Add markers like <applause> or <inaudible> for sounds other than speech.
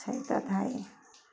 <unintelligible>